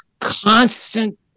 constant